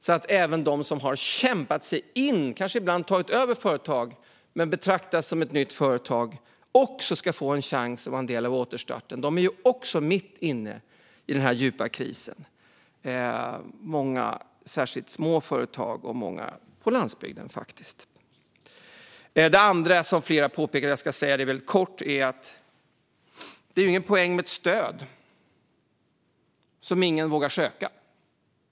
Då kan även de som har kämpat sig in och ibland kanske tagit över företag, som ändå betraktas som ett nytt företag, få en chans att vara en del av återstarten. De är ju också mitt inne i den djupa krisen. Det här gäller särskilt många små företag och många på landsbygden. Det andra är något som flera har påpekat - jag ska säga det väldigt kort - nämligen att det inte är någon poäng med ett stöd som ingen vågar söka.